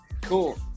Cool